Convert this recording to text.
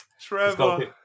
Trevor